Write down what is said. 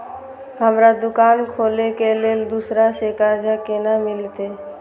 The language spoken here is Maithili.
हमरा दुकान खोले के लेल दूसरा से कर्जा केना मिलते?